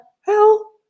hell